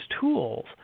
tools